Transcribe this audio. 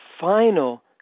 final